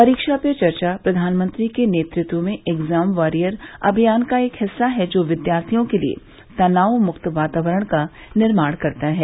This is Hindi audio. परीक्षा पे चर्चा प्रधानमंत्री के नेतृत्व में एग्जाम वॉरियर अभियान का एक हिस्सा है जो विद्यार्थियों के लिए तनावमुक्त वातावरण का निर्माण करता है